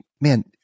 Man